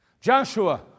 Joshua